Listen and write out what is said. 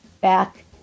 back